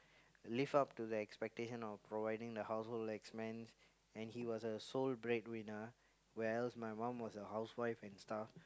live up to the expectations of providing the household expense and he was a sole breadwinner where else my mum was a housewife and stuff